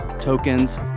tokens